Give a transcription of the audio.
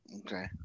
Okay